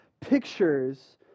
pictures